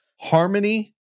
Harmony